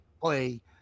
play